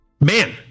Man